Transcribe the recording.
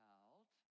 out